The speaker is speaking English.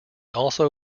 also